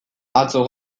atzo